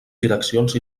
direccions